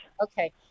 Okay